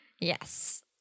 Yes